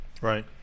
Right